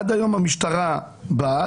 עד היום המשטרה באה,